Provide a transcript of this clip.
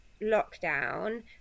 lockdown